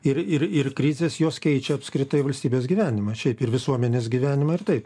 ir ir ir krizės jos keičia apskritai valstybės gyvenimą šiaip ir visuomenės gyvenimą ir taip